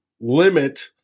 limit